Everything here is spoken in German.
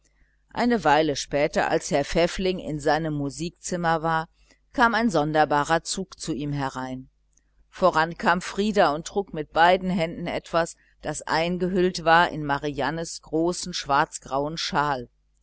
eine weile später als herr pfäffling in seinem musikzimmer war kam ein sonderbarer zug zu ihm herein voran kam frieder und trug mit beiden händen etwas das eingehüllt war in mariannens großen schwarzgrauen schal